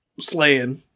slaying